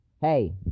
hey